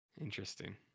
Interesting